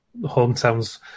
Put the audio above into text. hometown's